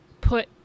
put